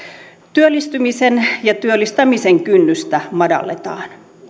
työllistymisen ja työllistämisen kynnystä madalletaan